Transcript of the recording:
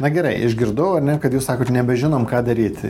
na gerai išgirdau ar ne kad jūs sakot nebežinom ką daryti